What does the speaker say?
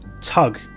tug